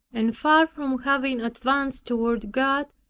and far from having advanced toward god,